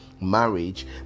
marriage